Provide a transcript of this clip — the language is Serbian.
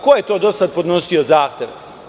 Ko je to do sada podnosio zahtev?